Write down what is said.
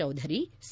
Chaudhary C